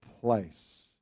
place